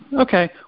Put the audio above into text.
Okay